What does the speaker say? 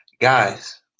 Guys